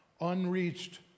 unreached